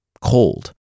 cold